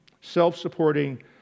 self-supporting